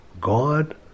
God